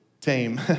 tame